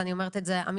ואני אומרת את זה אמיתי,